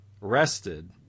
rested